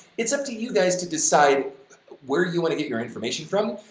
it's up to you guys to decide where you want to get your information from,